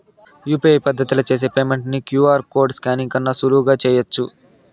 UPI పద్దతిల చేసి payment ని క్యూ.ఆర్ కోడ్ స్కానింగ్ కన్నా కూడా సులువుగా చేయచ్చు